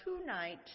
tonight